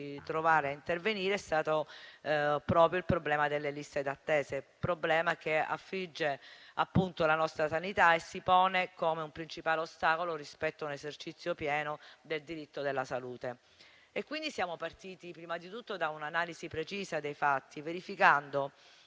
dovuti intervenire è stato proprio il problema delle liste d'attesa, che affligge la nostra sanità e si pone come il principale ostacolo rispetto a un esercizio pieno del diritto alla salute. Siamo partiti prima di tutto da un'analisi precisa dei fatti, verificando